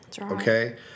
okay